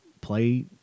play